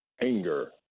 anger